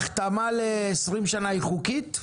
החתמה ל-20 שנה היא חוקית?